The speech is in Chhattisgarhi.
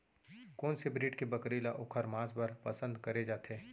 कोन से ब्रीड के बकरी ला ओखर माँस बर पसंद करे जाथे?